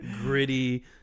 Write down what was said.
gritty